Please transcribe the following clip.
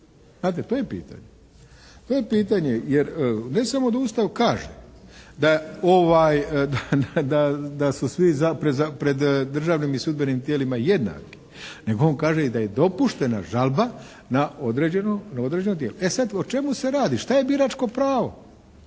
Znate to je pitanje. To je pitanje jer ne samo da Ustav kaže da su svi pred državnim i sudbenim tijelima jednaki, nego on kaže i da je dopuštena žalba na određeno tijelo. E sad o čemu se radi? Šta je biračko pravo